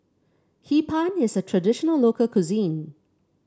Hee Pan is a traditional local cuisine